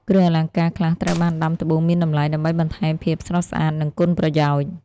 គ្រឿងអលង្ការខ្លះត្រូវបានដាំត្បូងមានតម្លៃ ដើម្បីបន្ថែមភាពស្រស់ស្អាត និងគុណប្រយោជន៍។